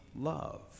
love